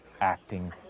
acting